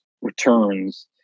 returns